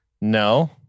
No